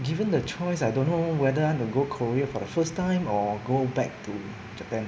given the choice I don't know whether want to go korea for the first time or go back to japan